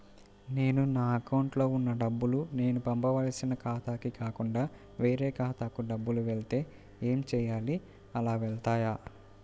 నేను నా అకౌంట్లో వున్న డబ్బులు నేను పంపవలసిన ఖాతాకి కాకుండా వేరే ఖాతాకు డబ్బులు వెళ్తే ఏంచేయాలి? అలా వెళ్తాయా?